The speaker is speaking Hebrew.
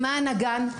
למען הגן.